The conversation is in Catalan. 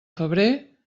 febrer